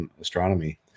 astronomy